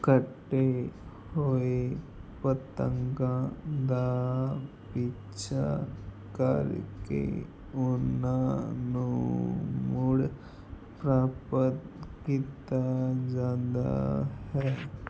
ਕੱਟੇ ਹੋਏ ਪਤੰਗਾਂ ਦਾ ਪਿੱਛਾ ਕਰਕੇ ਉਨ੍ਹਾਂ ਨੂੰ ਮੁੜ ਪ੍ਰਾਪਤ ਕੀਤਾ ਜਾਂਦਾ ਹੈ